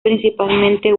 principalmente